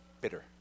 Bitter